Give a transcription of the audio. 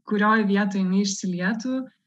kurioj vietoj jinai išsilietų